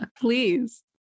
Please